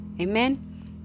Amen